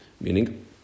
Meaning